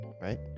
Right